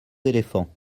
éléphants